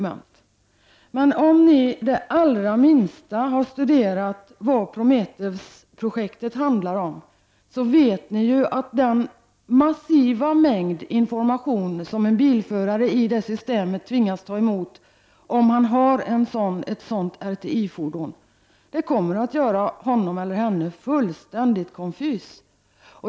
Men om ni det allra minsta har studerat Prometheus-projektet så vet ni ju vilken massiv mängd information som en bilförare i det systemet tvingas ta emot om han har ett RTI-fordon. Det kommer att göra honom eller henne fullständigt konfys.